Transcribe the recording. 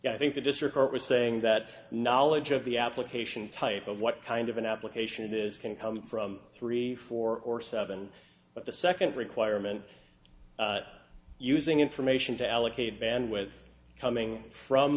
say i think the district court was saying that knowledge of the application type of what kind of an application this can come from three four or seven but the second requirement using information to allocate band with coming from